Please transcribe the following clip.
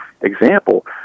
example